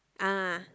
ah